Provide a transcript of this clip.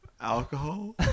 alcohol